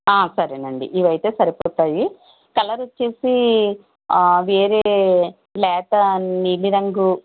ఆ సరేనండి ఇవి అయితే సరిపోతాయి కలర్ వచ్చి ఆ వేరే బ్లాక్ ఆ నీలిరంగు